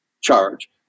charge